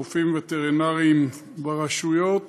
רופאים וטרינריים ברשויות